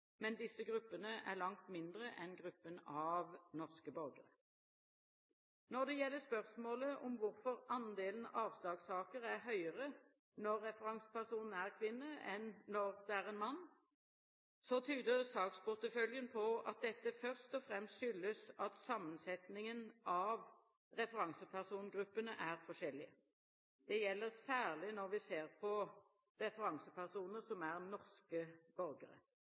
men disse gruppene er langt mindre enn gruppen av norske borgere. Når det gjelder spørsmålet om hvorfor andelen avslagssaker er høyere når referansepersonen er kvinne, enn når det er en mann, tyder saksporteføljen på at dette først og fremst skyldes at sammensetningen av referansepersongruppene er forskjellige. Det gjelder særlig når vi ser på referansepersoner som er norske borgere.